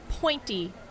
Pointy